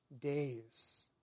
days